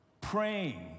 praying